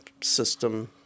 system